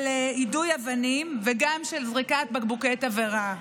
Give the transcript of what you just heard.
יידוי אבנים וגם של זריקת בקבוקי תבערה.